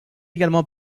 également